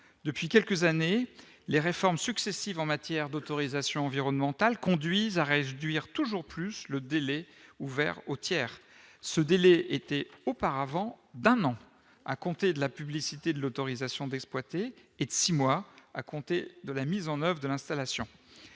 depuis quelques années, les réformes successives en matière d'autorisation environnementale conduisent à rêves du hier toujours plus le délai ouvert au tiers, ce délai était auparavant d'un an à compter de la publicité de l'autorisation d'exploiter et de 6 mois à compter de la mise en oeuvre, l'installation,